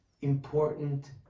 important